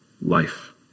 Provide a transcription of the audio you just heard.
life